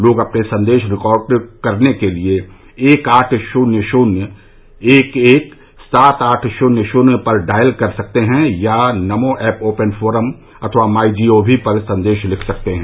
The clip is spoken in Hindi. लोग अपने संदेश रिकॉर्ड करने के लिए एक आठ शून्य शून्य एक एक सात आठ शून्य शून्य पर डायल कर सकते हैं या नमो ऐप ओपन फोरम अथवा माई जी ओ वी पर संदेश लिख सकते हैं